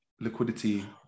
liquidity